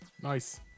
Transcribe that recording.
nice